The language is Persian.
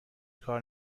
کار